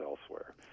elsewhere